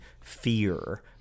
fear